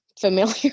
familiar